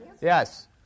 Yes